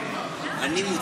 אני מוצמד.